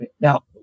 Now